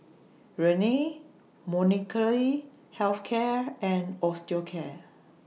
Rene Molnylcke Health Care and Osteocare